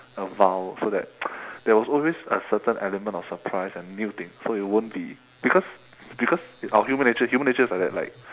a veil so that there's always a certain element of surprise and new thing so you won't be because because our human nature human nature's like that like